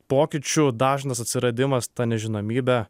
pokyčių dažnas atsiradimas ta nežinomybė